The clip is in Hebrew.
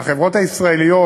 והחברות הישראליות,